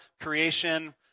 creation